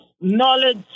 knowledge